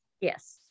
yes